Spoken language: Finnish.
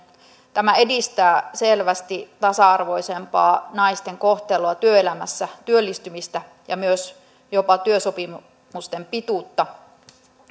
edistää selvästi tasa arvoisempaa naisten kohtelua työelämässä työllistymistä ja myös jopa työsopimusten pituutta